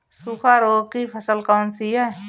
सूखा रोग की फसल कौन सी है?